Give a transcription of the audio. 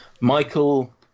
Michael